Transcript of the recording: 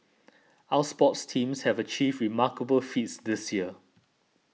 our sports teams have achieved remarkable feats this year